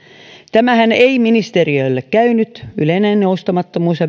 tämähän ei ministeriölle käynyt yleinen joustamattomuus ja